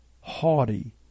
haughty